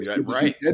Right